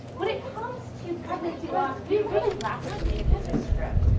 when it comes to pregnancy loss, we really lack a communicative script.